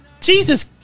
Jesus